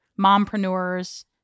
mompreneurs